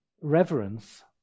reverence